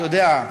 אתה יודע,